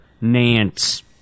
Nance